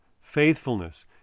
faithfulness